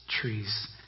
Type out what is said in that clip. trees